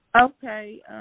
Okay